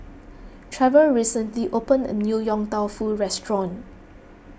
Trevor recently opened a new Yong Tau Foo restaurant